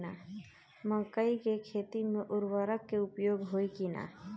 मकई के खेती में उर्वरक के प्रयोग होई की ना?